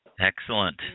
Excellent